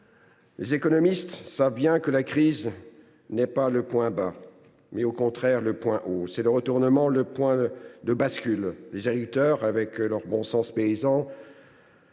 Les économistes savent bien que la crise, ce n’est pas le point bas, mais, au contraire, le point haut ; c’est le retournement, le point de bascule. Les agriculteurs, avec leur bon sens paysan,